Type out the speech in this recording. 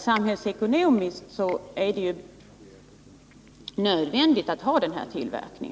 Samhällsekonomiskt sett är det nödvändigt att ha denna tillverkning.